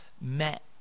met